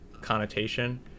connotation